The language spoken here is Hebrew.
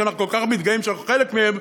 שאנחנו כל כך מתגאים שאנחנו חלק מהם,